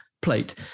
Plate